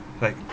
like